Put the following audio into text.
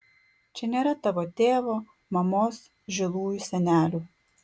čia nėra tavo tėvo mamos žilųjų senelių